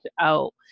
out